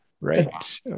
right